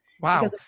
Wow